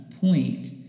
point